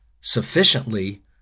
sufficiently